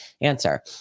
Answer